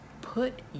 put